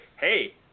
hey